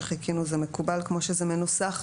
זה מקובל כמו שזה מנוסח?